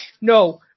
no